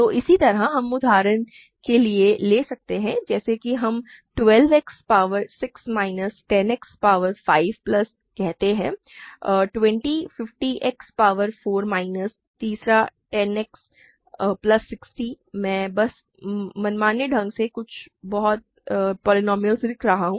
तो इसी तरह हम उदाहरण के लिए ले सकते हैं जैसा कि हम 12 X power 6 minus 10 X power 5 plus कहते हैं 20 50 X पावर 4 माइनस तीसरा 10 X प्लस 60 मैं बस मनमाने ढंग से कुछ बहुपद लिख रहा हूं